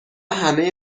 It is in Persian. همه